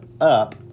up